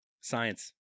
Science